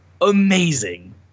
amazing